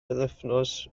bythefnos